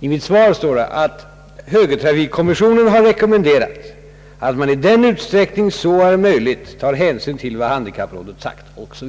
I mitt svar står det att högertrafikkommissionen har rekommenderat att man i den utsträckning så är möjligt tar hänsyn till vad handikapprådet sagt o. s. v.